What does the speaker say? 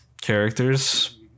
characters